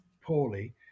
poorly